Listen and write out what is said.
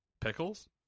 Pickles